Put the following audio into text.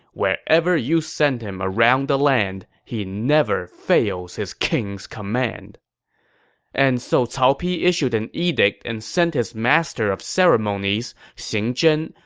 wherever you send him around the land, he never fails his king's command and so cao pi issued an edict and sent his master of ceremonies, xing zhen,